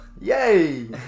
Yay